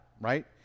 Right